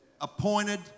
appointed